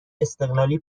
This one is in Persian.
استقلالی